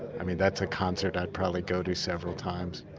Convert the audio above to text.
i mean that's a concert i'd probably go to several times.